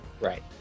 Right